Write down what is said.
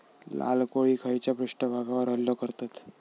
लाल कोळी खैच्या पृष्ठभागावर हल्लो करतत?